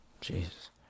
Jesus